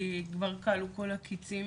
כי כבר כלו כל הקיצים